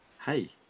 hey